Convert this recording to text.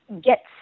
get